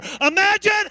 imagine